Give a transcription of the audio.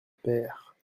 père